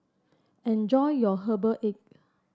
enjoy your Herbal Egg